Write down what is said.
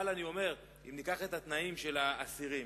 אם ניקח את התנאים של האסירים